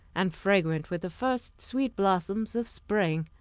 and fragrant with the first sweet blossoms of spring.